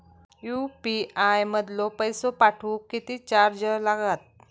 UPI मधलो पैसो पाठवुक किती चार्ज लागात?